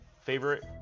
favorite